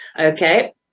Okay